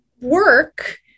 work